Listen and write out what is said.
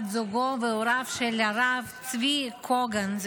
בת זוגו והוריו של הרב צבי קוגן,